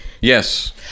yes